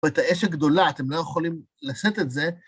ואת האש הגדולה, אתם לא יכולים לשאת את זה.